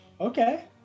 Okay